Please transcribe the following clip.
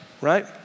right